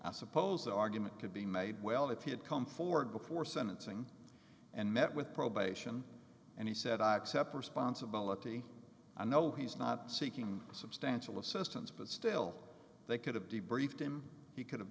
i suppose the argument could be made well if he had come forward before sentencing and met with probation and he said i accept responsibility i know he's not seeking substantial assistance but still they could have deep briefed him he could have